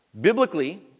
Biblically